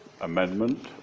amendment